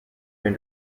been